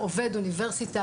עובד אוניברסיטה,